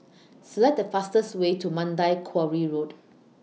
Select The fastest Way to Mandai Quarry Road